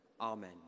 Amen